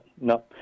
no